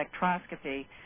spectroscopy